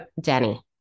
Danny